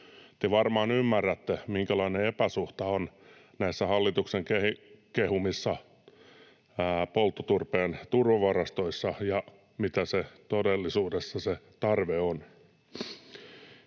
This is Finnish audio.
Te varmaan ymmärrätte, minkälainen epäsuhta on näissä hallituksen kehumissa polttoturpeen turvavarastoissa ja mitä se tarve todellisuudessa on.